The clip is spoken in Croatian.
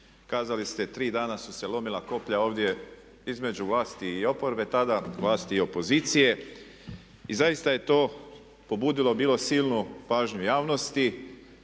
kazali ste, tri dana su se lomila koplja ovdje između vlasti i oporbe tada, vlasti i opozicije i zaista je to pobudilo bilo silnu pažnju javnosti